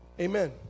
amen